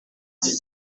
iki